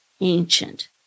Ancient